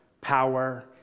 power